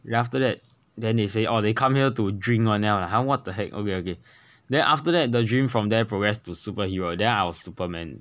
then after that then they say oh they come here to drink [one] then I was like !huh! what the heck okay okay then after that the dream from there progress to superheroes then I was superman